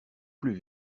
plus